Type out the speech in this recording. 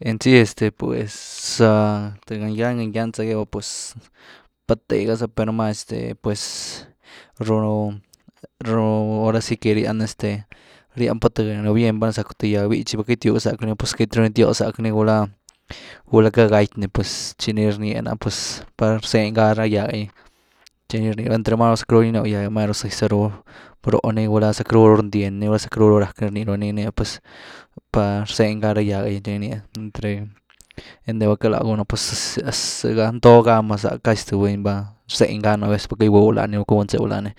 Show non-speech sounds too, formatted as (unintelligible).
En si pues (hesitation) th gal ngýan, gal ngýan za gebiw ah pz pat tegha za per numá este pues (unintelligible) ahora si que rian este rián pa th nú bien, valna zacku th gyag bítchy val queity gitywg zacku ni, puës quity ru ni tióh zack ni gulá-gulá lacka gaty ni pues chi ni rniaa nare pues pat rzeny gá ra gýag’e gy, tchi ni rnii raba entre máru zackruu gyninew gýag’e máru zëzy zaru broo ni, gulá zack ru´h ru rndyen ni gulá zackruu ru rack ni rni raba ni-niá pues par rzeny gá ra gýag’e gy ni rnia entre, einty val queity lá ga gunu pues (unintelligible) zëga ntooga ni mas casi th buny va, rzeny ga ni th vez val quity gygwyw la ni gula queity gunzëw lani,